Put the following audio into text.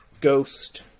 Ghost